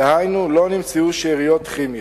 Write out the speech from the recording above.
דהיינו לא נמצאו שאריות כימיות.